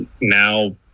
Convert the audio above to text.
now